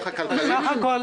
בסך הכול